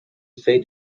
say